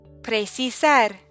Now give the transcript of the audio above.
Precisar